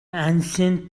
ancient